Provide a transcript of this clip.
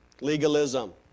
Legalism